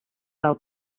vēl